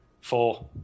Four